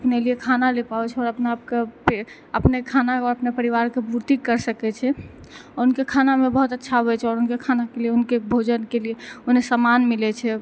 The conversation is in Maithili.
अपने लिए खाना लऽ पाबै छै आओर अपना आपके अपने खाना आओर अपने परिवारके पूर्ति कर सकै छै आओर हुनके खानामे बहुत अच्छा आबै छै आओर हुनके खानाके लिए हुनके भोजनके लिए उन्हे सामान मिलै छै